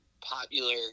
popular